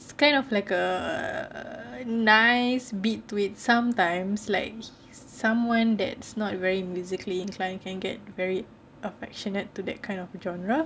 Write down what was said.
it's kind of like a nice beat to it sometimes like someone that's not very musically inclined can get affectionate to that kind of genre